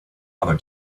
other